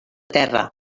terra